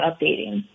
updating